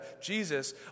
Jesus